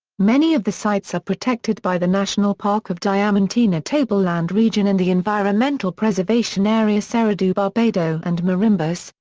many of the sites are protected by the national park of diamantina tableland region and the environmental preservation area serra do barbado and marimbus,